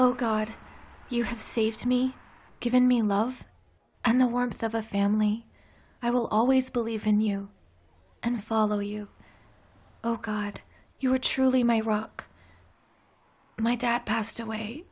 in god you have saved me given me in love and the warmth of a family i will always believe in you and follow you oh god you are truly my rock my dad passed away